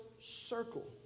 circle